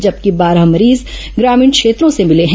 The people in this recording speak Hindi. जबकि बारह मरीज ग्रामीण क्षेत्रों से मिले हैं